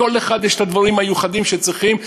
לכל אחד יש את הדברים המיוחדים שצריכים,